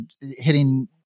hitting